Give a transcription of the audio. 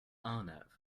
arnav